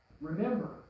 remember